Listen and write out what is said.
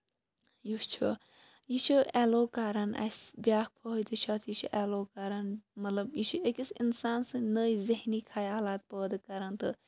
یُس چھُ یہِ چھُ ایلو کران اَسہِ بیاکھ فٲیدٕ چھُ اَتھ یہِ چھُ ایلو کران مطلب یہِ چھُ أکِس انسان سٕنز اکھ نٔے ذہنی خیالات پٲدٕ کران تہٕ